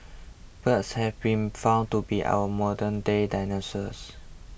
birds have been found to be our modernday dinosaurs